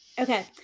Okay